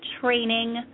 training